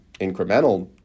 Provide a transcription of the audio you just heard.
incremental